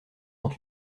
sont